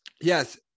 yes